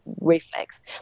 reflex